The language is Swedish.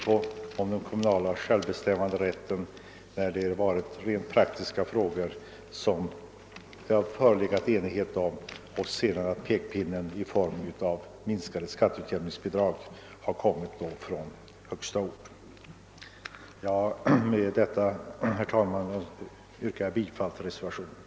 Det är inte förenligt med den kommunala självbestämmanderätten, som vi håller så styvt på, att man — trots att besluten gällt rent praktiska frågor som det rått enighet om — från högsta ort höjer pekpinnen genom att minska skatteutjämningsbidragen. Med detta, herr talman, ber jag att få yrka bifall till reservationen 1.